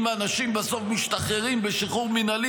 אם אנשים בסוף משתחררים בשחרור מינהלי